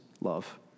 love